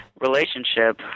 relationship